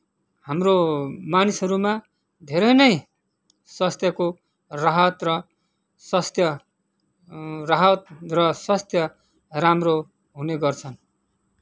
हाम्रो मानिसहरूमा धेरै नै स्वास्थ्यको राहत र स्वास्थ्य राहत र स्वास्थ्य राम्रो हुने गर्छ